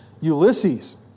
Ulysses